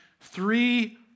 three